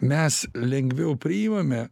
mes lengviau priimame